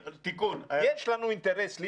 לא, לא.